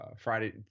Friday